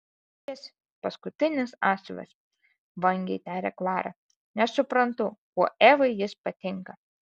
jis paskutinis asilas vangiai taria klara nesuprantu kuo evai jis patinka